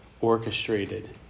orchestrated